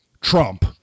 Trump